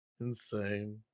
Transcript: Insane